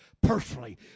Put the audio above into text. personally